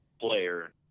player